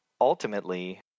ultimately